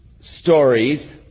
stories